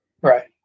right